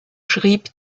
schrieb